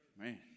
Man